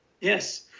Yes